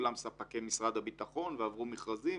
כולם ספקי משרד הביטחון ועברו מכרזים.